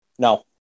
No